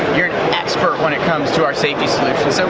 you're an expert when it comes to our safety solutions,